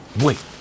Wait